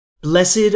Blessed